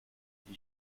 die